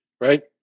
right